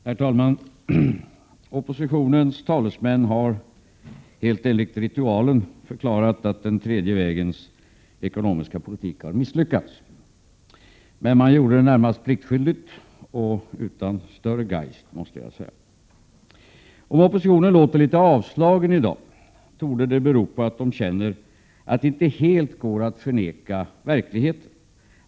Herr talman! Oppositionens talesmän har helt enligt ritualen förklarat att den tredje vägens ekonomiska politik har misslyckats. Men man gjorde det närmast pliktskyldigt och utan större geist, måste jag säga. Om oppositionen låter litet avslagen i dag torde det bero på att den känner att det inte alldeles går att förneka verkligheten.